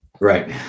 Right